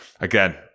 again